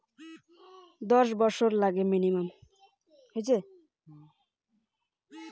কত বছরে ব্যাংক এ ফিক্সড ডিপোজিট করা টাকা মেচুউরিটি হয়?